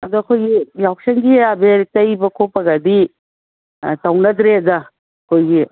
ꯑꯗꯣ ꯑꯩꯈꯣꯏꯒꯤ ꯌꯥꯎꯁꯪꯒꯤ ꯑꯕꯦꯔ ꯇꯩꯕ ꯈꯣꯠꯄꯒꯗꯤ ꯇꯧꯅꯗ꯭ꯔꯦꯗ ꯑꯩꯈꯣꯏꯒꯤ